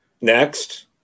next